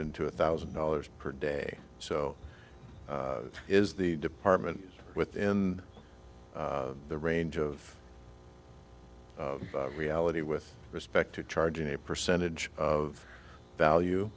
into a thousand dollars per day so is the department within the range of reality with respect to charging a percentage of value